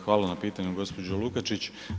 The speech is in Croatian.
Hvala na pitanju gospođo Lukačić.